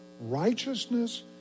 righteousness